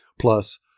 Plus